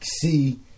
see